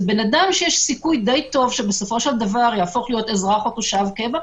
זה אדם שיש סיכוי די טוב שבסופו של דבר יהפוך להיות אזרח או תושב קבע,